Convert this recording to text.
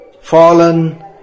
fallen